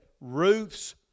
Ruth's